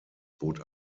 bot